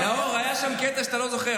נאור, היה שם קטע שאתה לא זוכר.